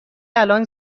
الان